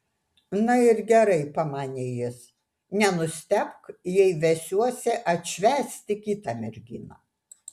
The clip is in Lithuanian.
na ir gerai pamanė jis nenustebk jei vesiuosi atšvęsti kitą merginą